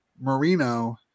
Marino